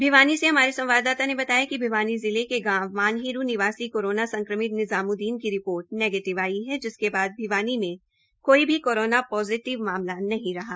भिवानी से हमारे संवाददाता ने बताया कि भिवानी जिले के गांव मानहेरू निवासी कोरोना संक्रमित निजाम्ददीन की रिपोर्ट नेगीटिव आई है जिसके बाद भिवानी में कोई भी कोरोना पोजिटिव मामला नहीं रहा